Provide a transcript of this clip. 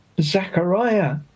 Zachariah